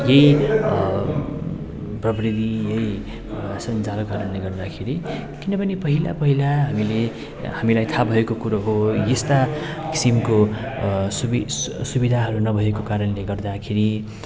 यही प्रविधि यही सञ्जालका कारणले गर्दाखेरि किनभने पहिला पहिला हामीले हामीलाई थाहा भएको कुरो हो यस्ता किसिमको सुबि सविधाहरू नभएको कारणले गर्दाखेरि